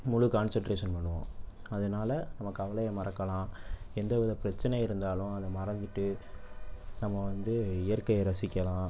முழு கான்சன்ட்ரேசன் பண்ணுவோம் அதனால் நம்ம கவலையை மறக்கலாம் எந்த வித பிரச்சனை இருந்தாலும் அதை மறந்துட்டு நம்ம வந்து இயற்கையை ரசிக்கலாம்